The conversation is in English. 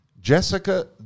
jessica